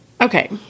Okay